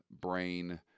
brain